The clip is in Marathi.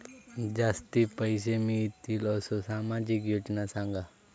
जास्ती पैशे मिळतील असो सामाजिक योजना सांगा?